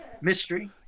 mystery